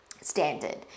standard